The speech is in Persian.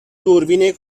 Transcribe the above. دوربین